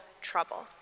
trouble